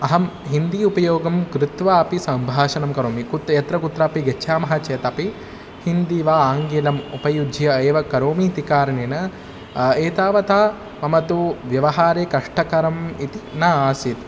अहं हिन्दी उपयोगं कृत्वा अपि सम्भाषणं करोमि कुत् यत्रकुत्रापि गच्छामः चेतपि हिन्दी वा आङ्गीलम् उपयुज्य एव करोमि इति कारणेन एतावत् मम तु व्यवहारे कष्टकरम् इति न आसीत्